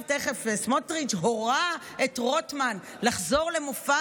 סמוטריץ' הורה לרוטמן לחזור למופע